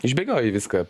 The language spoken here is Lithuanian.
išbėgioji viską